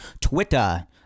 Twitter